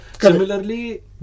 similarly